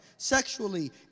sexually